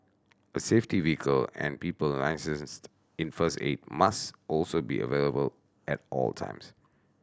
a safety vehicle and people licensed in first aid must also be available at all times